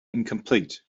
incomplete